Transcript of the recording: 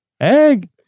Egg